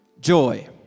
joy